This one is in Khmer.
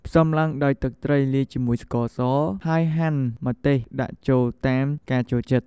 ផ្សំឡើងដោយ ទឹកត្រីលាយជាមួយស្ករស ហើយហាន់ម្ទេសដាក់ចូលតាមការចូលចិត្ត។